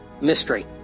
mystery